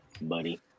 Buddy